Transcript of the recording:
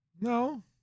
No